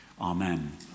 Amen